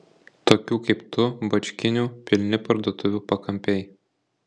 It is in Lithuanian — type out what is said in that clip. tokių kaip tu bačkinių pilni parduotuvių pakampiai